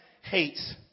hates